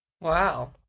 wow